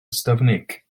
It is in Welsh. ystyfnig